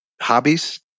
hobbies